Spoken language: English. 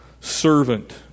servant